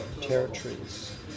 territories